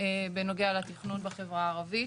בנוגע לתכנון בחברה הערבית.